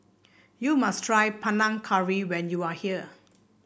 you must try Panang Curry when you are here